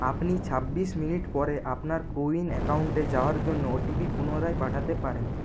আপনি ছাব্বিশ মিনিট পরে আপনার কোউইন অ্যাকাউন্টে যাওয়ার জন্য ওটিপি পুনরায় পাঠাতে পারেন